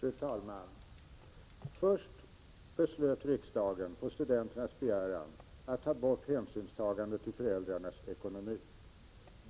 Fru talman! Först beslöt riksdagen, på studenternas begäran, att ta bort hänsynstagande till föräldrarnas ekonomi.